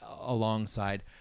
alongside